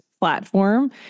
platform